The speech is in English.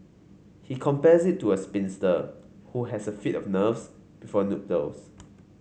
he compares it to a spinster who has a fit of nerves before nuptials